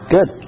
Good